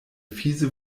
fiese